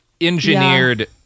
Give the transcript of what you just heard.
engineered